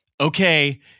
okay